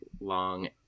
long